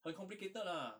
很 complicated lah